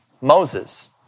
Moses